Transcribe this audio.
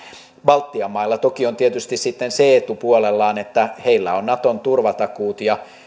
baltian mailla toki on tietysti sitten se etu puolellaan että heillä on naton turvatakuut ja